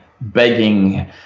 begging